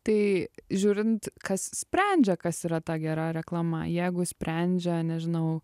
tai žiūrint kas sprendžia kas yra ta gera reklama jeigu sprendžia nežinau